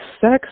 sex